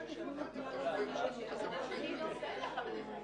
שגם אם יוקם אותו גוף מרכזי,